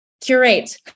curate